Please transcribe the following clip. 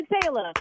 Taylor